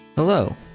Hello